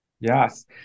Yes